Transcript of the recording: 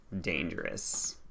dangerous